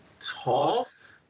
Tough